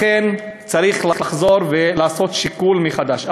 לכן צריך לחזור ולעשות שיקול חדש.